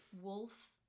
wolf